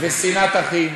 ושנאת אחים,